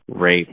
rape